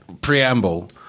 preamble